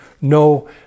no